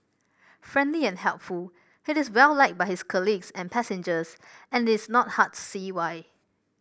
friendly and helpful he is well liked by his colleagues and passengers and it's not hard to see why